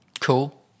Cool